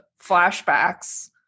flashbacks